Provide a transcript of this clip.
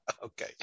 Okay